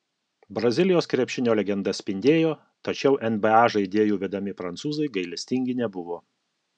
brazilijos krepšinio legenda spindėjo tačiau nba žaidėjų vedami prancūzai gailestingi nebuvo